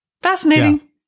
Fascinating